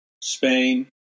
Spain